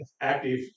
active